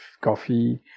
coffee